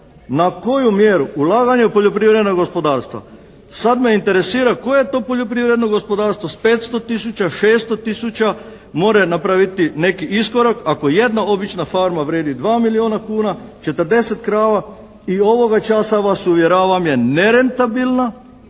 na koju mjeru ulaganje u poljoprivredno gospodarstva. Sad me interesira koje je to poljoprivredno gospodarstvo s 500 tisuća, 600 tisuća more napraviti neki iskorak ako jedna obična farma vrijedi 2 milijona kuna, 40 krava i ovoga časa vas uvjeravam je nerentabilna